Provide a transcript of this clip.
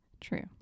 True